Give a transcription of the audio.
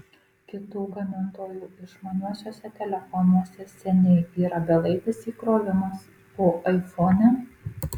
kitų gamintojų išmaniuosiuose telefonuose seniai yra belaidis įkrovimas o aifone